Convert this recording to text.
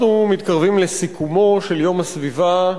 אנחנו מתקרבים לסיכומו של יום הסביבה,